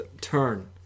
turn